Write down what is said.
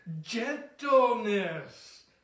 gentleness